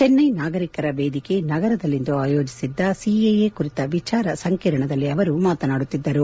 ಚೆನ್ನೈ ನಾಗರಿಕರ ವೇದಿಕೆ ನಗರದಲ್ಲಿಂದು ಆಯೋಜಿಸಲಾಗಿದ್ದ ಸಿಎಎ ಕುರಿತ ವಿಚಾರ ಸಂಕೀರಣದಲ್ಲಿ ಅವರು ಮಾತನಾಡುತ್ತಿದ್ದರು